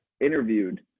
interviewed